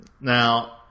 Now